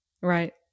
Right